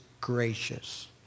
gracious